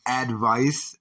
advice